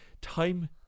Time